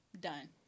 Done